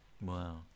Wow